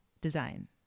design